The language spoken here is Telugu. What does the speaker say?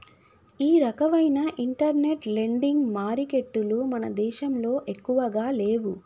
ఈ రకవైన ఇంటర్నెట్ లెండింగ్ మారికెట్టులు మన దేశంలో ఎక్కువగా లేవు